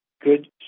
good